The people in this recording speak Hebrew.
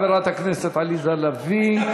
חברת הכנסת עליזה לביא.